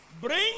bring